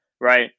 Right